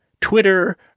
Twitter